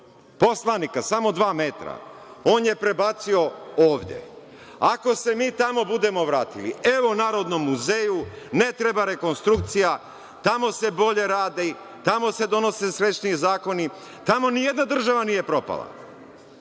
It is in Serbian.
poslanika, samo dva metra, on je prebacio ovde. Ako se mi tamo budemo vratili, evo, Narodnom muzeju, ne treba rekonstrukcija. Tamo se bolje radi. Tamo se donose srećniji zakoni. Tamo nijedna država nije propala.